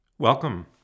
Welcome